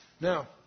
Now